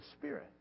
Spirit